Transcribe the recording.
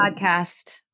podcast